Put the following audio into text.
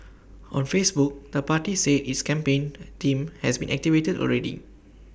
on Facebook the party said its campaign team has been activated already